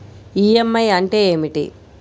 EMI అంటే ఏమిటి?